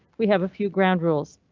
we have a few ground rules.